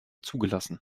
zugelassen